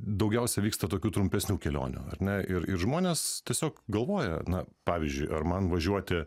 daugiausia vyksta tokių trumpesnių kelionių ar ne ir ir žmonės tiesiog galvoja na pavyzdžiui ar man važiuoti